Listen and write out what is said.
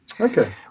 Okay